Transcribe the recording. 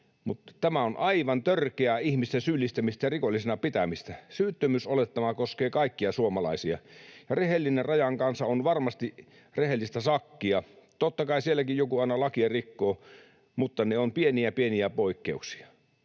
mutta tämä on aivan törkeää ihmisten syyllistämistä ja rikollisina pitämistä. Syyttömyysolettama koskee kaikkia suomalaisia, ja rehellinen rajan kansa on varmasti rehellistä sakkia. Totta kai sielläkin joku aina lakia rikkoo, mutta ne ovat pieniä, pieniä poikkeuksia.